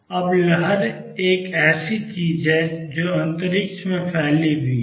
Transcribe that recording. अब लहर एक ऐसी चीज है जो अंतरिक्ष में फैली हुई है